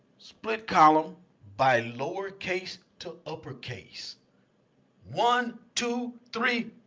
split column by lowercase to uppercase one, two, three,